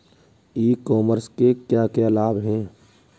E commerce के क्या क्या लाभ हैं?